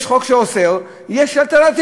יש חוק שאוסר, יש אלטרנטיבות.